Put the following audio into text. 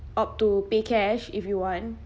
opt to pay cash if you want